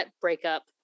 breakup